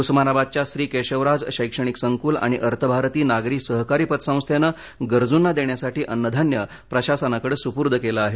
उस्मानाबादच्या श्री केशवराज शैक्षणिक संकुल आणि अर्थभारती नागरी सहकारी पतसंस्थेनं गरजूना देण्यासाठी अन्नधान्य प्रशासनाकडे सुपूर्द केलं आहे